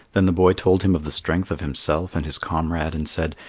then the boy told him of the strength of himself and his comrade, and said,